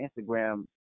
Instagram